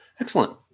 Excellent